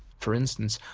for instance,